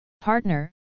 Partner